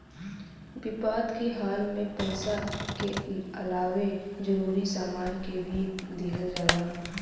विपद के हाल में पइसा के अलावे जरूरी सामान के भी दिहल जाला